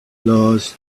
lost